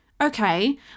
okay